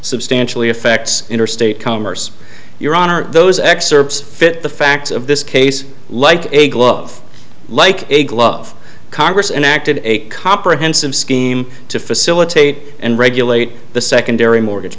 substantially affects interstate commerce your honor those excerpts fit the facts of this case like a glove like a glove congress enacted a comprehensive scheme to facilitate and regulate the secondary mortgage